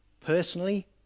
Personally